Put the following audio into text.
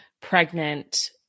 pregnant